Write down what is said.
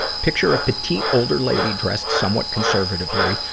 picture a petite older lady dressed somewhat conservatively,